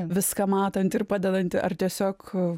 viską matanti ir padedanti ar tiesiog